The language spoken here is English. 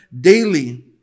daily